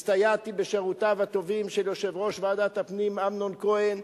הסתייעתי בשירותיו הטובים של יושב-ראש ועדת הפנים אמנון כהן,